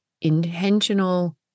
intentional